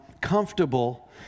comfortable